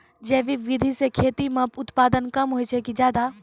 जैविक विधि से खेती म उत्पादन कम होय छै कि ज्यादा?